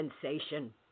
sensation